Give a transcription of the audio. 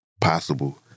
possible